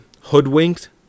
hoodwinked